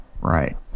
Right